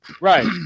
Right